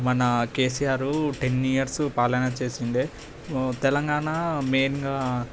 మన KCR ten years పాలన చేసి వుండే తెలంగాణ మెయిన్గా